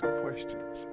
questions